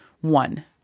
One